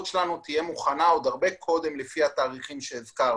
שלנו תהיה מוכנה עוד הרבה קודם לפי התאריכים שהזכרנו.